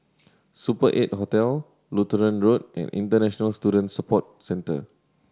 Super Eight Hotel Lutheran Road and International Student Support Centre